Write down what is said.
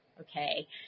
okay